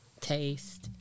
taste